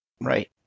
Right